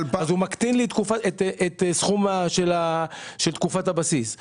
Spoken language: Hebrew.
אז הוא מקטין לי את הסכום של תקופת הבסיס.